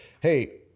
hey